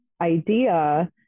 idea